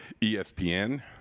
ESPN